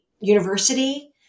university